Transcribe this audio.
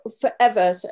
forever